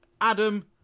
Adam